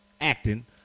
acting